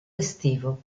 estivo